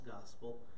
gospel